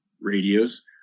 radios